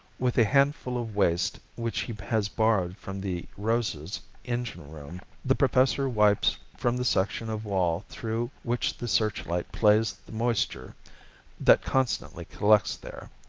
with a handful of waste which he has borrowed from the rosa's engine room, the professor wipes from the section of wall through which the searchlight plays the moisture that constantly collects there.